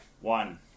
One